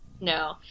No